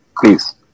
please